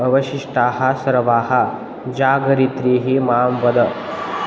अवशिष्टाः सर्वाः जागरित्रीः मां वद